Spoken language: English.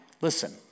Listen